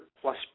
plus